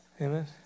Amen